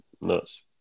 nuts